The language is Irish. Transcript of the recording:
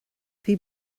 bhí